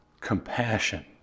compassion